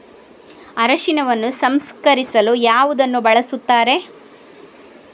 ಅರಿಶಿನವನ್ನು ಸಂಸ್ಕರಿಸಲು ಯಾವುದನ್ನು ಬಳಸುತ್ತಾರೆ?